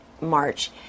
March